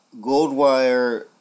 Goldwire